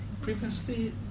previously